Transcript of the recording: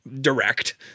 direct